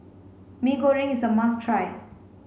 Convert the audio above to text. Mee Goreng is a must try